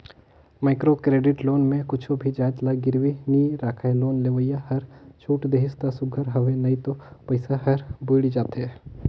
micro credit loan में कुछु भी जाएत ल गिरवी नी राखय लोन लेवइया हर छूट देहिस ता सुग्घर हवे नई तो पइसा हर बुइड़ जाथे